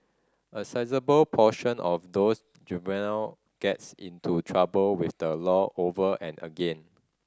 a sizeable proportion of these juvenile gets into trouble with the law over and again